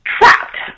trapped